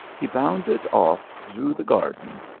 he bounded off through the garden,